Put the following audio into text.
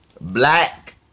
Black